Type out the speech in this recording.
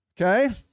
okay